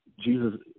Jesus